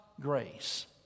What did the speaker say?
grace